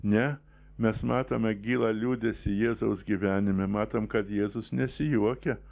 ne mes matome gyvą liūdesį jėzaus gyvenime matom kad jėzus nesijuokia